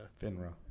Finra